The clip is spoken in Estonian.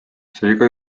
seega